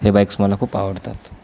हे बाईक्स मला खूप आवडतात